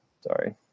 Sorry